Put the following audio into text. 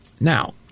Now